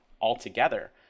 altogether